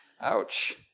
Ouch